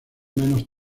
menos